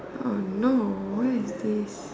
oh no who is this